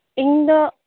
ᱤᱧ ᱫᱚ